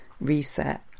reset